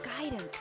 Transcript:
guidance